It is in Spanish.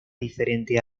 diferente